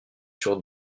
sur